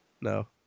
No